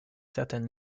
certain